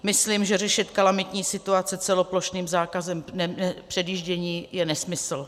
Myslím, že řešit kalamitní situaci celoplošným zákazem předjíždění je nesmysl.